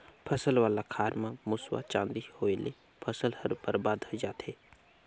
फसल वाला खार म मूसवा, चांटी होवयले फसल हर बरबाद होए जाथे